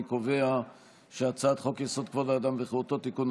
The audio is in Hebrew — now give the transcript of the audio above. אני קובע שהצעת חוק-יסוד: כבוד האדם וחירותו (תיקון,